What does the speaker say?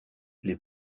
les